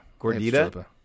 Gordita